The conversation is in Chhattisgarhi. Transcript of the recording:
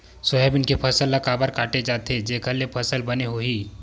सोयाबीन के फसल ल काबर काटे जाथे जेखर ले फसल बने होही?